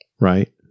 right